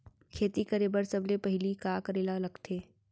खेती करे बर सबले पहिली का करे ला लगथे?